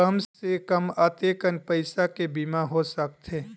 कम से कम कतेकन पईसा के बीमा हो सकथे?